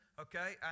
Okay